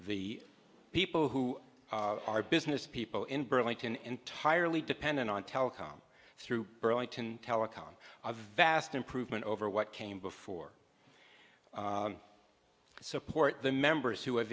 the people who are business people in burlington entirely dependent on telecom through burlington telecom a vast improvement over what came before support the members who have